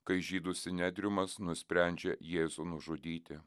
kai žydų sinedriumas nusprendžia jėzų nužudyti